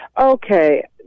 Okay